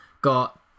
got